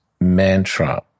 mantra